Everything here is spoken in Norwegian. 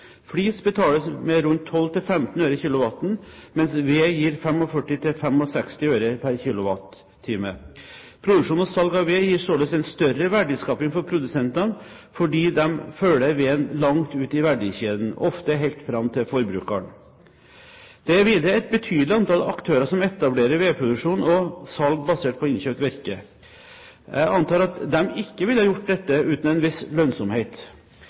betales med rundt 12–15 øre/kWh, mens ved gir 45–65 øre/kWh. Produksjon og salg av ved gir således en større verdiskaping for produsentene fordi de følger veden langt ut i verdikjeden – ofte helt fram til forbruker. Det er videre et betydelig antall aktører som etablerer vedproduksjon og -salg basert på innkjøpt virke. Jeg antar at de ikke ville gjort dette uten en viss lønnsomhet.